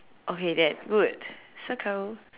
okay that good circle